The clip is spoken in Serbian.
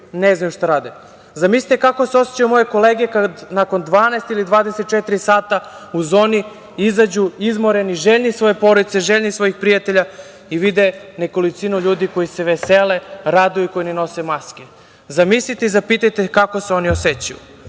ne znaju šta rade. Zamislite kako se osećaju moje kolege kad nakon 12 ili 24 sata u zoni izađu izmoreni, željni svoje porodice, željni svojih prijatelja i vide nekolicinu ljudi koji se vesele, raduju i koji ne nose maske. Zamislite i zapitajte se kako se oni osećaju? To